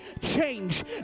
change